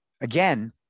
Again